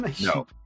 No